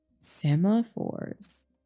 semaphores